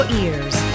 ears